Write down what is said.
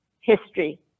history